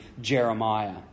Jeremiah